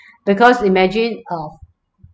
because imagine uh